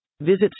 Visit